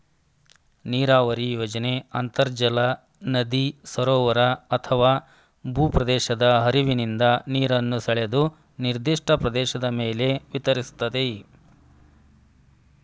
ನೀರಾವರಿ ಯೋಜನೆ ಅಂತರ್ಜಲ ನದಿ ಸರೋವರ ಅಥವಾ ಭೂಪ್ರದೇಶದ ಹರಿವಿನಿಂದ ನೀರನ್ನು ಸೆಳೆದು ನಿರ್ದಿಷ್ಟ ಪ್ರದೇಶದ ಮೇಲೆ ವಿತರಿಸ್ತದೆ